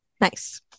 Nice